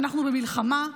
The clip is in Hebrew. אנחנו במלחמה,